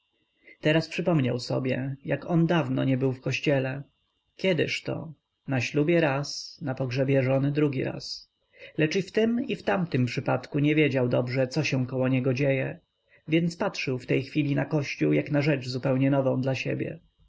teraz przypomniał sobie jak on dawno nie był w kościele kiedyżto na ślubie raz na pogrzebie żony drugi raz lecz i w tym i w tamtym wypadku nie wiedział dobrze co się koło niego dzieje więc patrzył w tej chwili na kościół jak na rzecz zupełnie nową dla siebie